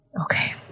Okay